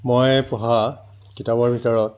মই পঢ়া কিতাপৰ ভিতৰত